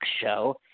show